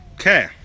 Okay